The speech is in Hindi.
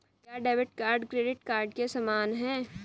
क्या डेबिट कार्ड क्रेडिट कार्ड के समान है?